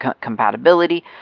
compatibility